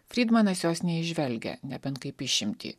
frydmanas jos neįžvelgia nebent kaip išimtį